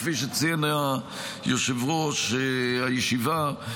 כפי שציין יושב-ראש הישיבה,